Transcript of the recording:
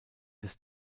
des